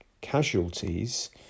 casualties